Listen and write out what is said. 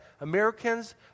Americans